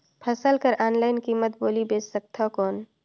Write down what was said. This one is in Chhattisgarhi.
फसल कर ऑनलाइन कीमत बोली बेच सकथव कौन?